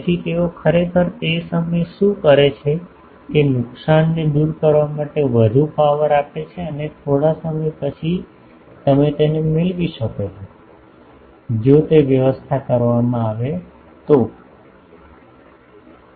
તેથી તેઓ ખરેખર તે સમયે શું કરે છે કે તે નુકસાનને દૂર કરવા માટે વધુ પાવર આપે છે અને પછી થોડા સમય પછી તમે તેને મેળવી શકો છો જો તે વ્યવસ્થા કરવામાં આવે તો વગેરે